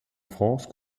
france